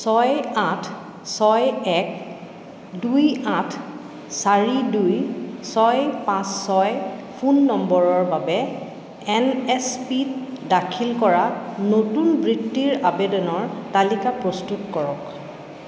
ছয় আঠ ছয় এক দুই আঠ চাৰি দুই ছয় পাঁচ ছয় ফোন নম্বৰৰ বাবে এন এছ পি ত দাখিল কৰা নতুন বৃত্তিৰ আবেদনৰ তালিকা প্ৰস্তুত কৰক